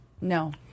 No